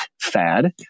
fad